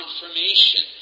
confirmation